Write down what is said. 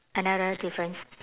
another difference